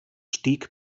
stieg